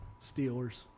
Steelers